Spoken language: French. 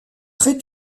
très